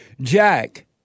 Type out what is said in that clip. Jack